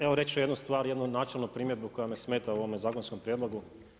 Evo reći ću jednu stvar, jednu načelnu primjedbu koja me smeta u ovome zakonskom prijedlogu.